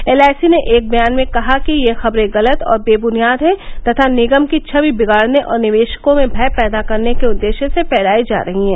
LIC ने एक बयान में कहा कि ये खबरें गलत और बेबुनियाद हैं तथा निगम की छवि बिगाड़ने और निवेशकों में भय पैदा करने के उद्देश्य से फैलायी जा रही हैं